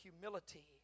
humility